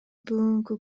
бүгүнкү